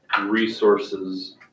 resources